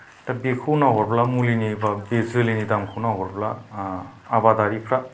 दा बेखौ नाहरब्ला मुलिनि बे जोलैनि मुलिनि दामखौ नाहरब्ला आबादारिफ्रा